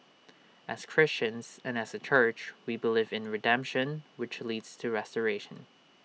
as Christians and as A church we believe in redemption which leads to restoration